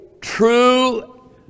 true